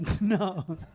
No